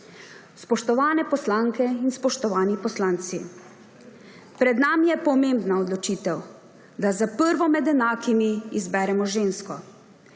Spoštovane poslanke in spoštovani poslanci, pred nami je pomembna odločitev, da za prvo med enakimi izberemo žensko